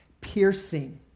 piercing